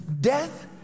death